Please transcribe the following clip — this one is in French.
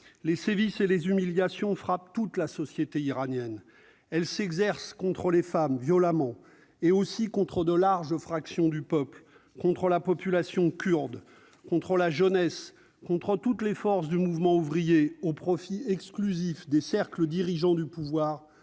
les sévices et les humiliations frappe toute la société iranienne, elle s'exerce contre femme violemment et aussi contre de larges fractions du peuple contre la population kurde contre la jeunesse qu'on prend toutes les forces du mouvement ouvrier au profit exclusif des cercles dirigeants du pouvoir